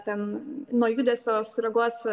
ten nuo judesio sureaguos